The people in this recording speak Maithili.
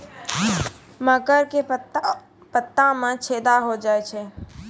मकर के पत्ता मां छेदा हो जाए छै?